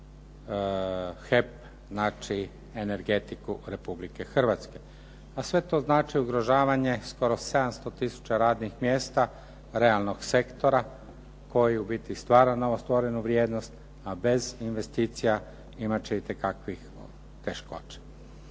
HEP, znači energetiku Republike Hrvatske. A sve to znači ugrožavanje skoro 700 tisuća radnih mjesta realnog sektora koji u biti stvara novostvorenu vrijednost a bez investicija imat će itekakvih teškoća.